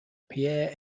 pierre